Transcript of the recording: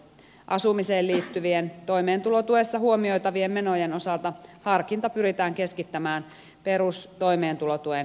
asumiseen liittyvien toimeentulotuessa huomioitavien menojen osalta harkinta pyritään keskittämään perustoimeentulotuen myöntämisharkinnan yhteyteen